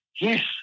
yes